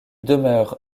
demeure